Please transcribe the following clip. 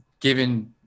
given